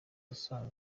usanzwe